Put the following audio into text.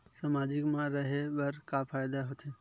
सामाजिक मा रहे बार का फ़ायदा होथे?